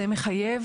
זה מחייב